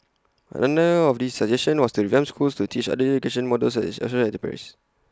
another of his suggestion was to revamp schools to teach other education models such as social enterprise